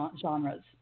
genres